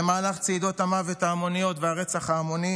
במהלך צעידות המוות ההמוניות והרצח ההמוני